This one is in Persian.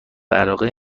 علاقه